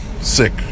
sick